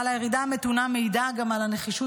אבל הירידה המתונה מעידה גם על הנחישות